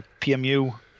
PMU